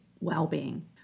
well-being